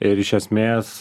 ir iš esmės